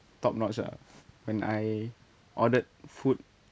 top notch ah when I ordered food